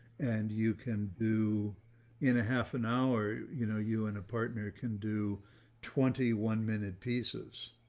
and you can do in a half an hour, you know, you and a partner can do twenty one minute pieces